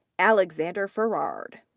alexander ferrard,